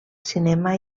cinema